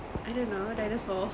I don't know dinosaur